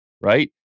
right